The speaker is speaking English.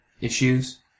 issues